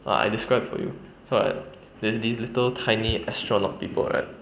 err I describe for you so right there is this little tiny astronaut people right